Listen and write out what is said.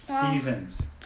Seasons